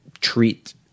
treat—